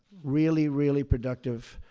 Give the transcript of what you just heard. really, really productive